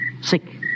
sick